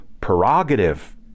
prerogative